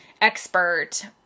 expert